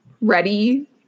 ready